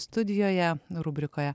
studijoje rubrikoje